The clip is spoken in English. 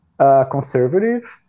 Conservative